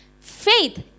Faith